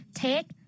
take